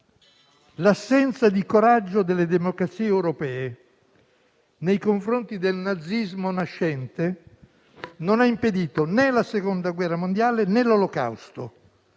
L'assenza di coraggio delle democrazie europee nei confronti del nazismo nascente non ha impedito, né la Seconda guerra mondiale, né l'olocausto.